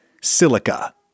silica